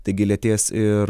taigi lėtės ir